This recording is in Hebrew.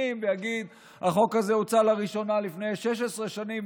שנים ויגיד: החוק הזה הוצע לראשונה לפני 16 שנים,